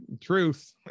truth